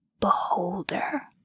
beholder